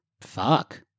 Fuck